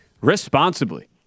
responsibly